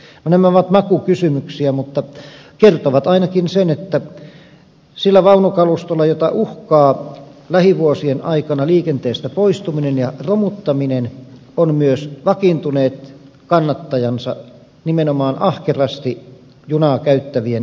no nämä ovat makukysymyksiä mutta kertovat ainakin sen että sillä vaunukalustolla jota uhkaa lähivuosien aikana liikenteestä poistuminen ja romuttaminen on myös vakiintuneet kannattajansa nimenomaan ahkerasti junaa käyttä vien joukossa